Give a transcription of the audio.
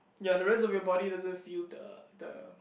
ya the rest of your body doesn't feel the the